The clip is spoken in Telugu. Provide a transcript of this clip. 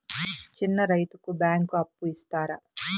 చిన్న రైతుకు బ్యాంకు అప్పు ఇస్తారా?